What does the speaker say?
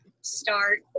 start